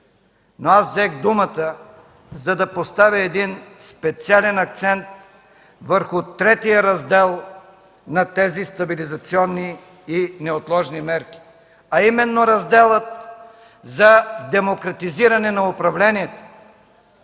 Но аз взех думата, за да поставя един специален акцент върху третия раздел на тези стабилизационни и неотложни мерки, а именно раздела за демократизиране на управлението.